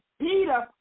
Peter